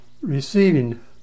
receiving